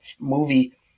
movie